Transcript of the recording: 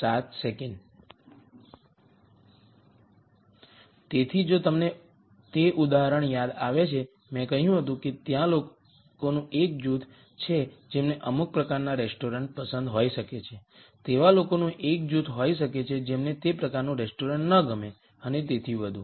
તેથી જો તમને તે ઉદાહરણ યાદ આવે છે મેં કહ્યું હતું કે ત્યાં લોકોનુ એક જૂથ છે જેમને અમુક પ્રકારના રેસ્ટોરન્ટ પસંદ હોઈ શકે છે તેવા લોકોનું એક જૂથ હોઈ શકે છે જેમને તે પ્રકારનું રેસ્ટોરન્ટ ન ગમે અને તેથી વધુ